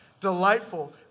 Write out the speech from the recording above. delightful